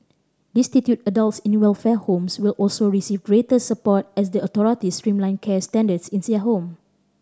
destitute adults in the welfare homes will also receive greater support as the authorities streamline care standards in there home